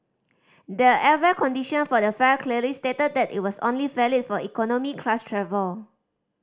the airfare condition for the fare clearly stated that it was only valid for economy class travel